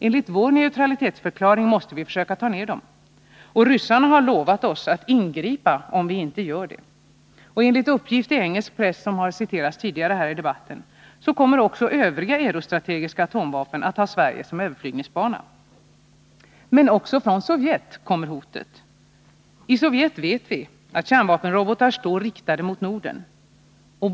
Enligt vår neutralitetsförklaring måste vi försöka ta ner dem. Och ryssarna har lovat oss att ingripa om vi inte gör det. Enligt uppgift i engelsk press, som har citerats tidigare här i debatten, kommer också övriga eurostrategiska atomvapen att ha Sverige som överflygningsbana. Men också från Sovjet kommer hotet. I Sovjet, det vet vi, står kärnvapenrobotar riktade mot Norden.